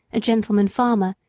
a gentleman farmer,